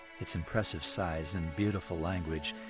its impressive size and beautiful language.